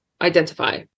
identify